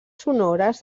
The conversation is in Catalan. sonores